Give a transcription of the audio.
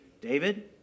David